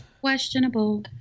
Questionable